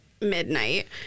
midnight